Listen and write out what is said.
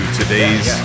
today's